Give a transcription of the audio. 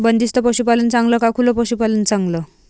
बंदिस्त पशूपालन चांगलं का खुलं पशूपालन चांगलं?